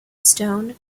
stone